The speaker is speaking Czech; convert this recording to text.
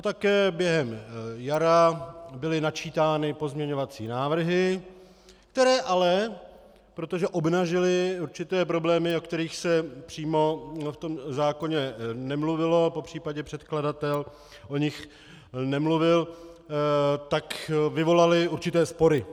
Také během jara byly načítány pozměňovací návrhy, které ale, protože obnažily určité problémy, o kterých se přímo v tom zákoně nemluvilo, popř. předkladatel o nich nemluvil, tak vyvolaly určité spory.